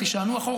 תישענו אחורה,